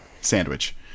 sandwich